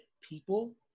people